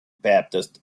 baptist